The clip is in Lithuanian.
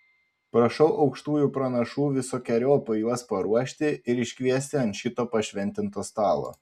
prašau aukštųjų pranašų visokeriopai juos paruošti ir iškviesti ant šito pašventinto stalo